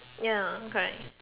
ya correct